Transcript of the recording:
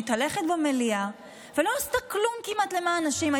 מתהלכת במליאה ולא עשתה כלום כמעט למען נשים.